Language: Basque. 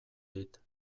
dit